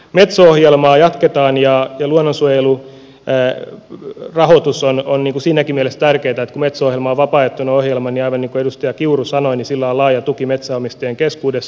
metso ohjelmaa jatketaan ja luonnonsuojelurahoitus on siinäkin mielessä tärkeätä että kun metso ohjelma on vapaaehtoinen ohjelma niin aivan niin kuin edustaja kiuru sanoi sillä on laaja tuki metsänomistajien keskuudessa